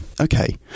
Okay